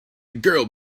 girl